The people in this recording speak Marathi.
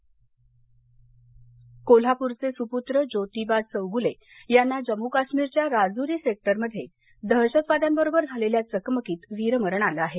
शहीद कोल्हापूरचे सुपूत्र जोतिबा चौगूले यांना जम्मू काश्मीरच्या राजूरी सेक्टरमध्ये दहशतवाद्यांबरोबर झालेल्या चकमकीत वीरमरण आलं आहे